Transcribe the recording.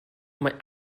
mae